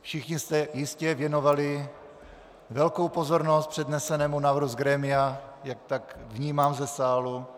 Všichni jste jistě věnovali velkou pozornost přednesenému návrhu z grémia, jak tak vnímám ze sálu.